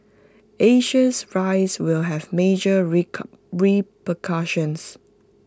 Asia's rise will have major repercussions